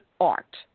art